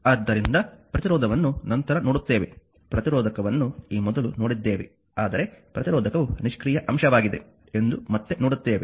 ಆದ್ದರಿಂದ ಪ್ರತಿರೋಧವನ್ನು ನಂತರ ನೋಡುತ್ತೇವೆ ಪ್ರತಿರೋಧವನ್ನು ಈ ಮೊದಲು ನೋಡಿದ್ದೇವೆ ಆದರೆ ಪ್ರತಿರೋಧಕವು ನಿಷ್ಕ್ರಿಯ ಅಂಶವಾಗಿದೆ ಎಂದು ಮತ್ತೆ ನೋಡುತ್ತೇವೆ